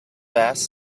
vast